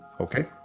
Okay